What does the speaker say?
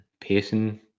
pacing